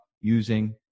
using